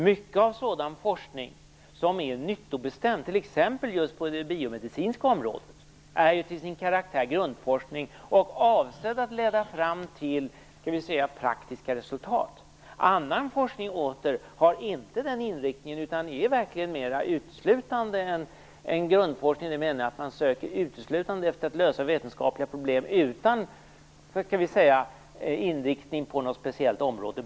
Mycket av sådan forskning som är nyttobestämd, t.ex. på just det biomedicinska området, är till sin karaktär grundforskning och avsedd att leda fram till praktiska resultat. Med grundforskning menar jag att man uteslutande söker lösa vetenskapliga problem utan inriktning på något speciellt område. Annan forskning åter har inte den inriktningen.